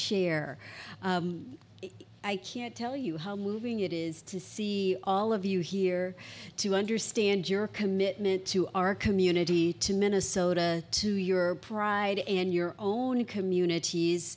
share i can't tell you how moving it is to see all of you here to understand your commitment to our community to minnesota to your pride and your own communities